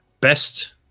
best